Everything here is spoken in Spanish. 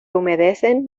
humedecen